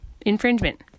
infringement